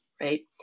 right